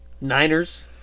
Niners